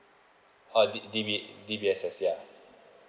oh D_B D_B_S_S ya